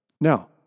Now